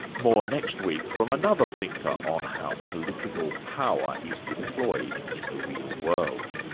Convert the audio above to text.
more next week from another thinker on how political power is deployed in the real world.